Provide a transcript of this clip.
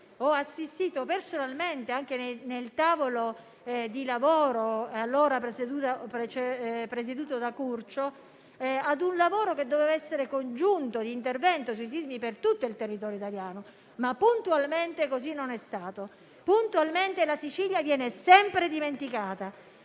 ho assistito personalmente, anche al tavolo di lavoro allora presieduto da Curcio, a un lavoro che doveva essere congiunto, includendo l'intervento per i sismi in tutto il territorio italiano, ma puntualmente così non è stato. Puntualmente la Sicilia viene sempre dimenticata